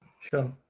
Sure